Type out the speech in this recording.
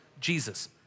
Jesus